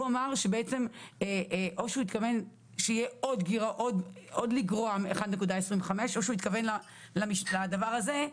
או שהוא התכוון שניתן לגרוע עוד 1.25% או שהוא התכוון לדבר הזה,